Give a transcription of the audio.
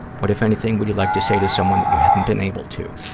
what, if anything, would you like to say to someone that you haven't been able to?